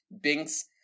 Binks